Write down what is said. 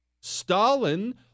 Stalin